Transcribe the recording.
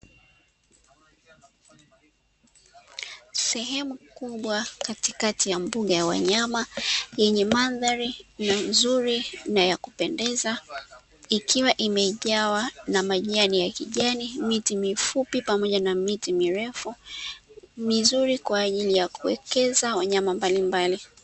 Sehemu kubwa katikati ya mbuga ya wanyama yenye mandhari nzuri na ya kupendeza, ikiwa imejaawa na majani ya kijani, miti mifupi pamoja na miti mirefu mizuri, kwa ajili ya kuwekeza wanyama mbalimbali.